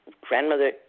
grandmother